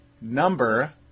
number